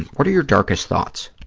what are your darkest thoughts?